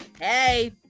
Hey